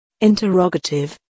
Interrogative